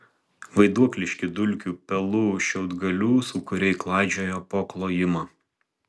vaiduokliški dulkių pelų šiaudgalių sūkuriai klaidžiojo po klojimą